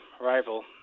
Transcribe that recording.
rival